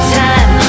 time